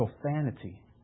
profanity